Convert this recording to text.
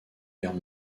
guerre